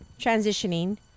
transitioning